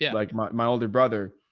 yeah like my, my older brother,